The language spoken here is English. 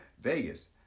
Vegas